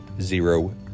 zero